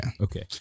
Okay